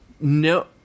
no